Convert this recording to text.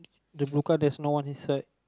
the blue car there's no one inside